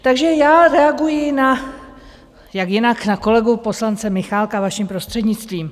Takže já reaguji na jak jinak na kolegu poslance Michálka, vaším prostřednictvím.